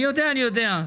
אני יודע, אני יודע.